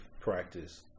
practice